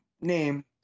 name